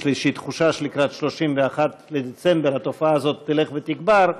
יש לי תחושה שלקראת 31 בדצמבר התופעה הזאת תלך ותגבר,